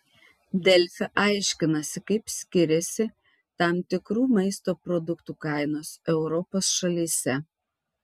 delfi aiškinasi kaip skiriasi tam tikrų maisto produktų kainos europos šalyse